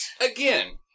Again